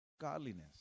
Godliness